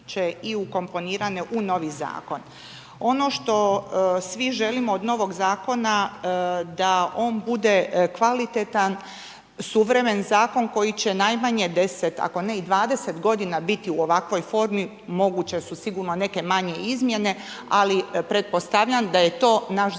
i ukomponirane u novi zakon. Ono što svi želimo od novog zakona da on bude kvalitetan, suvremen zakon koji će najmanje 10 ako ne i 20 godina biti u ovakvoj formi, moguće si sigurno neke manje izmjene ali pretpostavljam da je to naš